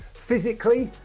physically,